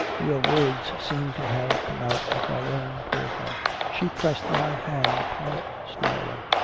your words seem to have come out of my own poor heart. she pressed my hand upon it, smiling.